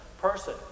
person